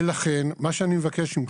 ולכן, אני מבקש ממך,